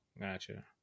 Gotcha